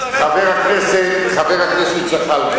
חבר הכנסת זחאלקה,